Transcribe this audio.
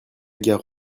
gare